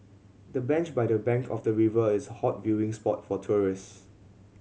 the bench by the bank of the river is a hot viewing spot for tourist